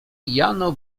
jano